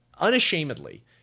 unashamedly